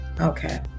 Okay